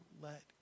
let